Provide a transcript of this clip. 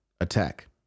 attack